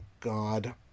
god